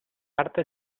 parte